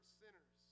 sinners